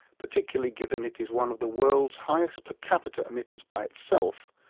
particularly given it is one of the world's highest per capita emitters by itself,